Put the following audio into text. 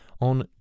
On